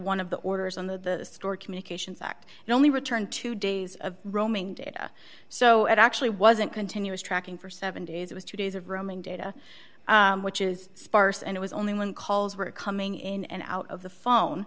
one of the orders on the store communications act and only returned two days of roaming data so it actually wasn't continuous tracking for seven days it was two days of roaming data which is sparse and it was only when calls were coming in and out of the phone